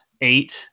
eight